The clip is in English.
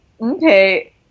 Okay